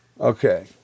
Okay